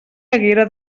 haguera